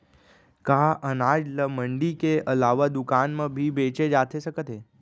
का अनाज ल मंडी के अलावा दुकान म भी बेचे जाथे सकत हे?